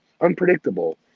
unpredictable